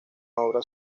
obra